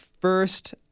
first